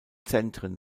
zentren